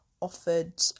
offered